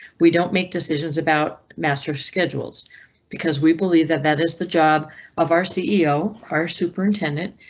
we don't make decisions about master schedules because we believe that that is the job of our ceo, our superintendent,